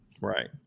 Right